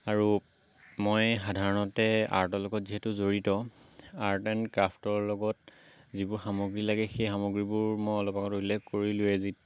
আৰু মই সাধাৰণতে আৰ্টৰ লগত যিহেতু জড়িত আৰ্ট এণ্ড ক্ৰাফ্টৰ লগত যিবোৰ সামগ্ৰী লাগে সেই সামগ্ৰীবোৰ মই অলপ আগত উল্লেখ কৰিলোৱেই